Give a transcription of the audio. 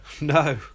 No